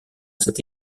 cette